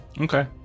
Okay